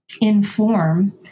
inform